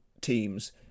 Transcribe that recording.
teams